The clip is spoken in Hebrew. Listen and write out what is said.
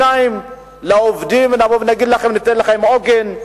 בעיניים ונבוא ונגיד לכם: ניתן לכם עוגן,